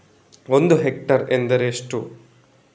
ಒಂದು ಹೆಕ್ಟೇರ್ ಎಂದರೆ ಎಷ್ಟು?